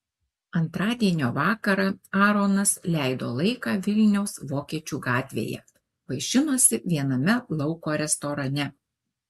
antradienio vakarą aaronas leido laiką vilniaus vokiečių gatvėje vaišinosi viename lauko restorane